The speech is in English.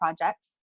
projects